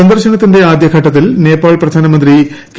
സന്ദർശനത്തിന്റെ ആദ്യഘട്ടത്തിൽ നേപ്പാൾ പ്രധാനമന്ത്രി കെ